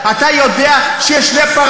אבל יש גבול.